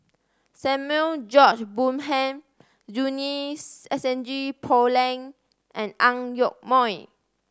Samuel George Bonham Junie Sng S N G Poh Leng and Ang Yoke Mooi